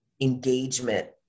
engagement